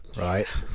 right